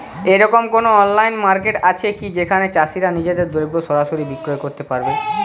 এরকম কোনো online market আছে কি যেখানে চাষীরা নিজেদের দ্রব্য সরাসরি বিক্রয় করতে পারবে?